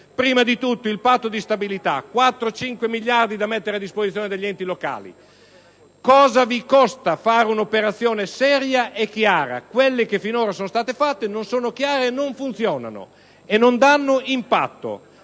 prima di tutto il Patto di stabilità con quattro, cinque miliardi da mettere a disposizione degli enti locali. Cosa vi costa fare un'operazione seria e chiara? Quelle che finora sono state fatte non sono chiare, non funzionano e non danno impatto.